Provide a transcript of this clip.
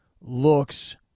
looks